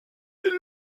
est